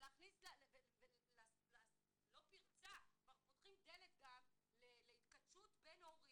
ולפתוח דלת להתכתשות בין הורית,